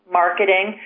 marketing